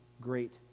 great